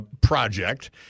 Project